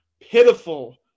pitiful